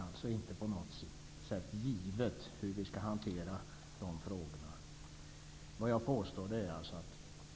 Det är inte på något sätt givet hur vi skall hantera de frågorna.